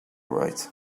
right